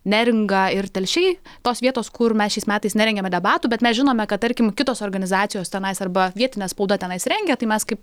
neringa ir telšiai tos vietos kur mes šiais metais nerengiame debatų bet mes žinome kad tarkim kitos organizacijos tenais arba vietinė spauda tenais rengia tai mes kaip